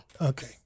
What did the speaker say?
Okay